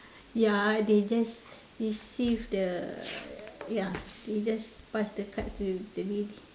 ya they just receive the ya they just pass the card to the lady